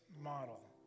model